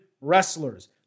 wrestlers